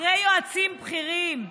אחרי יועצים בכירים.